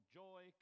joy